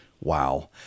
Wow